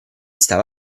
stava